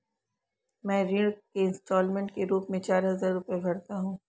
मैं ऋण के इन्स्टालमेंट के रूप में चार हजार रुपए भरता हूँ